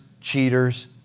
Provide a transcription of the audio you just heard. cheaters